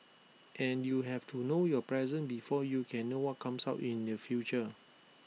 and you have to know your present before you can know what comes up in the future